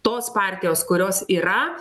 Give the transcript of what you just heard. tos partijos kurios yra